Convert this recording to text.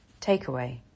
Takeaway